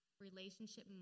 relationship